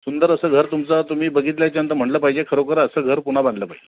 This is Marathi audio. सुंदर असं घर तुमचं तुम्ही बघितल्याच्या नंतर म्हटलं पाहिजे खरोखर असं घर पुन्हा बांधलं पाहिजे